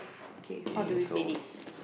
okay how do we play this